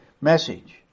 message